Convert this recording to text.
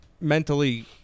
mentally